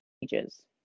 pages